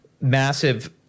massive